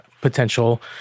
potential